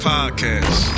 Podcast